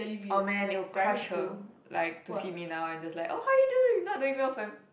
orh man it would crush her like to see me now and just like oh how are you doing not doing well fam